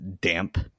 damp